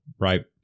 right